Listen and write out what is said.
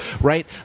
right